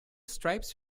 stripes